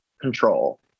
control